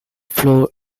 flour